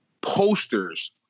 posters